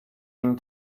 been